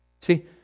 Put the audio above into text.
See